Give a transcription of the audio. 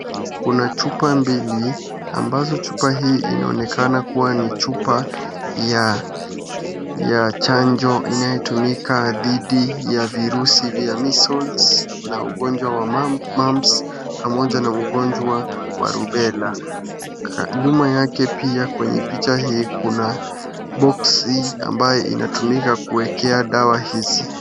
Kuna chupa mbili ambayo hizi chupa zinaonekana kuwa za chanjo inayotumika shidi ya virusi vya measels na ugonjwa wa mumps pamoja na ugonjwa wa rubela. Nyuma yake pia kwenye picha hii kuna boxi ambayo inatumika kuekea dawa hizi.